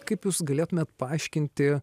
kaip jūs galėtumėt paaiškinti